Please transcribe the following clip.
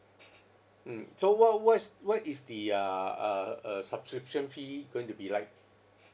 mm so what what is what is the uh uh uh subscription fee going to be like